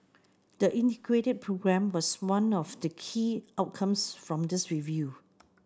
the Integrated Programme was one of the key outcomes from this review